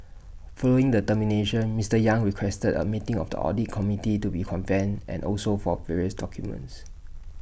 following the termination Mister yang requested A meeting of the audit committee to be convened and also for various documents